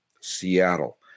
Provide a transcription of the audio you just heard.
Seattle